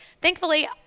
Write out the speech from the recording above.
Thankfully